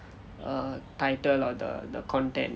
err title or the the content